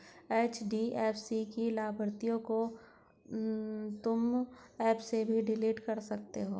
HDFC की लाभार्थियों तुम एप से भी डिलीट कर सकते हो